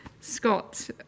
Scott